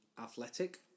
Athletic